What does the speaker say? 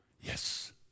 Yes